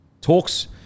talks